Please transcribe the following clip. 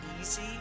easy